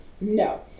No